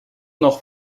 nog